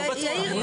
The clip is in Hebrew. לא בטוח.